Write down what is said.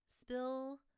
Spill